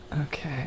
Okay